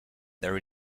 there